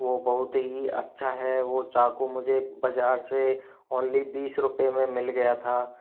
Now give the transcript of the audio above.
वो बहुत ही अच्छा है वो चाकू मुझे बाज़ार से ओन्ली बीस रूपये में मिल गया था